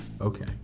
Okay